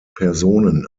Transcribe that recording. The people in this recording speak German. personen